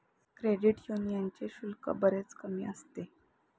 credit यूनियनचे शुल्क बरेच कमी असते